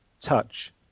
touch